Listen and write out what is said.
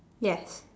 yes